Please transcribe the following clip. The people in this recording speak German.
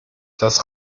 das